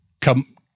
come